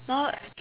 not